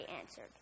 answered